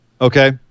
Okay